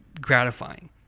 gratifying